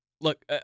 Look